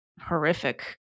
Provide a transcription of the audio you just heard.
horrific